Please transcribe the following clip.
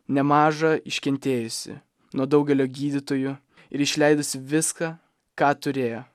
nemaža iškentėjusi nuo daugelio gydytojų ir išleidusi viską ką turėjo